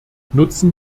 nutzen